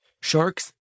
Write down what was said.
sharks